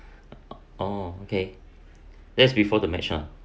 oh okay that's before the match ah